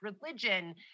religion